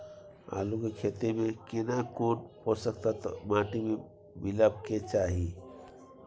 आलू के खेती में केना कोन पोषक तत्व माटी में मिलब के चाही?